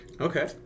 Okay